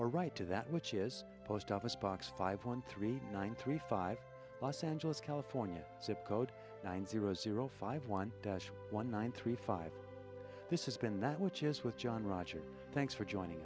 or write to that which is post office box five one three nine three five los angeles california zip code nine zero zero five one one three five this has been that which is with john rogers thanks for joining